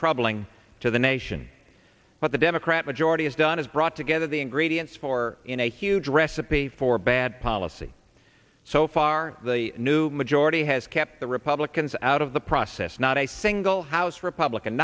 troubling to the nation what the democrat majority has done has brought together the ingredients for in a huge recipe for bad policy so far the new majority has kept the republicans out of the process not a single house republican